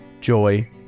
joy